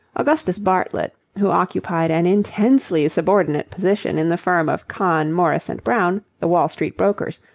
augustus bartlett, who occupied an intensely subordinate position in the firm of kahn, morris and brown, the wall street brokers,